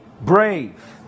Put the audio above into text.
brave